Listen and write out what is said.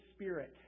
Spirit